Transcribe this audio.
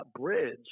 bridge